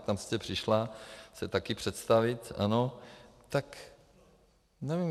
Tam jste se přišla taky představit, ano, tak nevím.